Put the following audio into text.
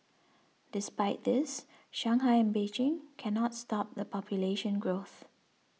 despite this Shanghai and Beijing cannot stop the population growth